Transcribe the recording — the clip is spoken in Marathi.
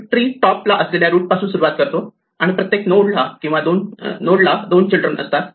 आपण ट्रीच्या टॉप ला असलेल्या रूट पासून सुरुवात करतो आणि प्रत्येक नोडला किंवा दोन चिल्ड्रन असतात